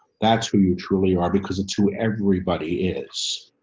that's who you truly are because it's who everybody is.